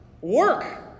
work